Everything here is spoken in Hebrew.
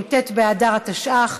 י"ט באדר התשע"ח,